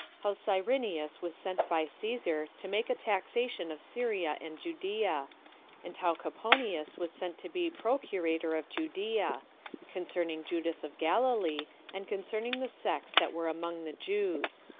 how cyrenius was sent by caesar to make a taxation of syria and judea and how coponius was sent to be procurator of judea concerning judas of galilee and concerning the sects that were among the jews.